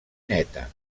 neta